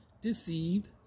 deceived